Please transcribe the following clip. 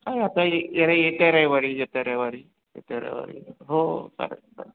चालेल आता येता रविवारी येत्या रविवारी येत्या रविवारी हो हो चालेल